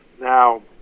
Now